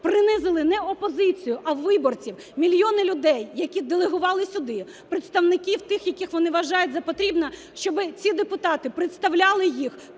принизили не опозицію, а виборців. Мільйони люди, які делегували сюди представників тих, яких вони вважають за потрібне, щоб ці депутати представляли їх,